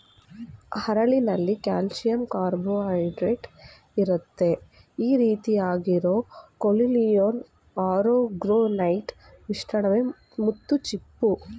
ಹರಳಲ್ಲಿ ಕಾಲ್ಶಿಯಂಕಾರ್ಬೊನೇಟ್ಇರುತ್ತೆ ಈರೀತಿ ಆಗಿರೋ ಕೊಂಕಿಯೊಲಿನ್ ಆರೊಗೊನೈಟ್ ಮಿಶ್ರವೇ ಮುತ್ತುಚಿಪ್ಪು